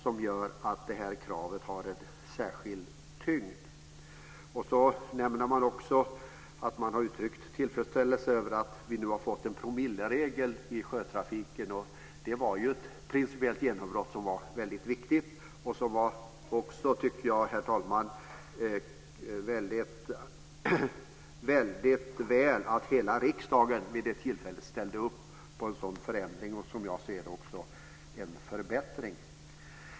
Detta gör att kravet på nykterhet får en särskild tyngd. Det nämns också att man har uttryckt tillfredsställelse över att vi har fått en promilleregel i sjötrafiken. Det var ett principiellt väldigt viktigt genombrott. Jag tycker också, herr talman, att det var väldigt bra att hela riksdagen vid det tillfället ställde sig bakom en sådan förändring och, som jag ser det, förbättring.